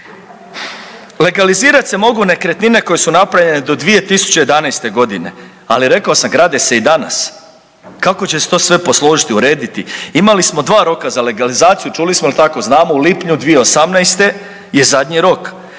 Legalizirat se mogu nekretnine koje su napravljene do 2011.g., ali rekao sam grade se i danas. Kako će se to sve posložiti, urediti? Imali smo dva roka za legalizaciju čuli smo znamo u lipnju 2018.je zadnji rok.